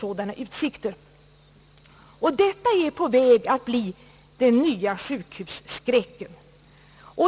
Detta är på väg att bli den nya sjukhusskräcken.